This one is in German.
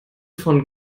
von